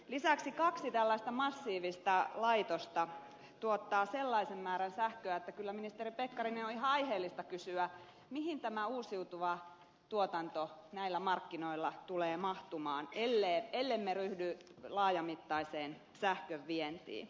lisäksi kaksi tällaista massiivista laitosta tuottaa sellaisen määrän sähköä että kyllä ministeri pekkarinen on ihan aiheellista kysyä mihin tämä uusiutuva tuotanto näillä markkinoilla tulee mahtumaan ellemme ryhdy laajamittaiseen sähkön vientiin